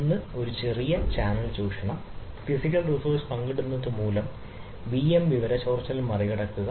ഒന്ന് ചെറിയ ചാനൽ ചൂഷണം ഫിസിക്കൽ റിസോഴ്സ് പങ്കിടുന്നതുമൂലം വിഎം വിവര ചോർച്ച മറികടക്കുക